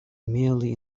merely